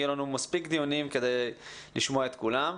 יהיו לנו מספיק דיונים כדי לשמוע את כולם.